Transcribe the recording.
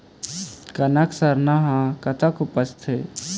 कनक सरना हर कतक उपजथे?